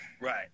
right